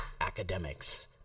academics